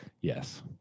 yes